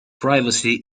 privacy